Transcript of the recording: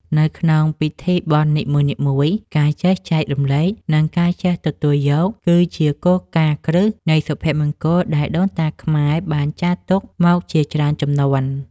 នៅក្នុងពិធីបុណ្យនីមួយៗការចេះចែករំលែក និងការចេះទទួលយក គឺជាគោលការណ៍គ្រឹះនៃសុភមង្គលដែលដូនតាខ្មែរបានចារទុកមកជាច្រើនជំនាន់។